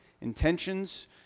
Intentions